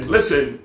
Listen